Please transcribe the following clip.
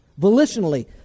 Volitionally